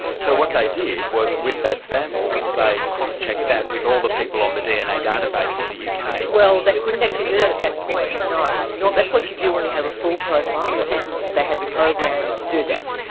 so what they did was, with that sample, they cross-checked that with all the people on the dna database in the uk. kind of well, they couldn't actually do that at that point, no. no, that's what you do when you have a full profile, and they had a program to do that.